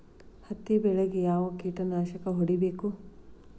ಹತ್ತಿ ಬೆಳೇಗ್ ಯಾವ್ ಕೇಟನಾಶಕ ಹೋಡಿಬೇಕು?